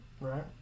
Right